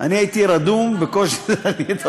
אני הייתי רדום, בקושי התעוררתי.